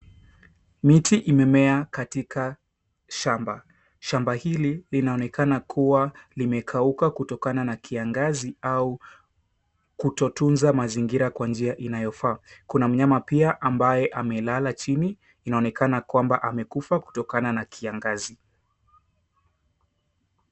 Miti imemea katika shamba. Shamba hili linaonekana kuwa limekauka kutokana na kiangazi au kutotunza mazingira kwa njia inayofaa. Kuna mnyama pia ambaye amelala chini inaonekana kwamba amekufa kutokana na kiangazi.